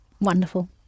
Wonderful